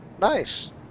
nice